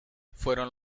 fueron